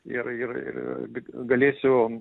ir ir ir galėsiu